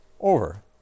over